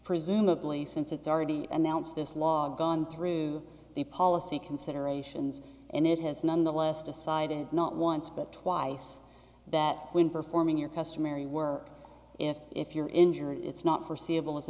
presumably since it's already announced this law gone through the policy considerations and it has nonetheless decided not once but twice that when performing your customary work if if you're injured it's not for